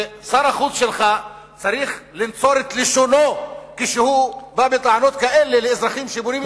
ושר החוץ שלך צריך לנצור את לשונו כשהוא בא בטענות כאלה לאזרחים שבונים,